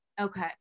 Okay